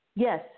yes